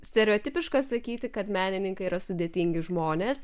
stereotipiška sakyti kad menininkai yra sudėtingi žmonės